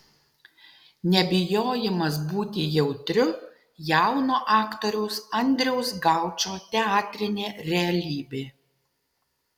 nebijojimas būti jautriu jauno aktoriaus andriaus gaučo teatrinė realybė